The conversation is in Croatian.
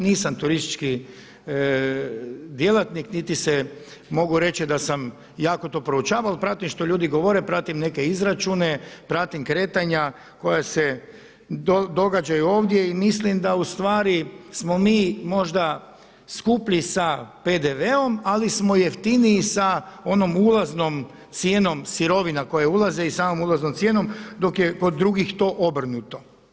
Nisam turistički djelatnik niti se mogu reći da sam to jako proučavao, ali pratim što ljude govore, pratim neke izračune, pratim kretanja koja se događaju ovdje i mislim da smo ustvari možda skuplji sa PDV-om ali smo jeftiniji sa onom ulaznom cijenom sirovina koje ulaze i samom ulaznom cijenom dok je kod drugih to obrnuto.